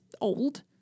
old